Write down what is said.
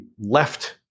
left